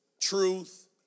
Truth